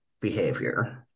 behavior